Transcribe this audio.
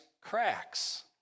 cracks